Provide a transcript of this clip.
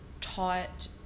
taught